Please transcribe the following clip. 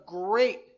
great